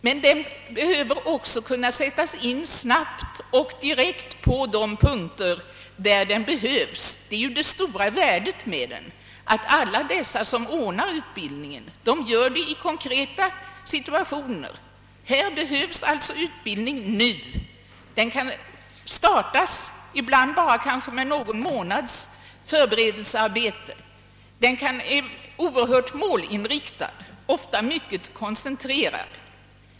Den måste emellertid också kunna sättas in snabbt och direkt på de punkter där den behövs. Det är det stora värdet med den att alla dessa som ordnar utbildningen gör det i konkreta situationer. Här behövs alltså utbildning nu. Ibland kan den startas med kanske bara någon månads förberedelsearbete. Den är oerhört målinriktad, ofta mycket koncentrerad.